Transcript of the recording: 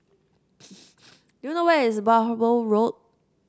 do you know where is Bhamo Road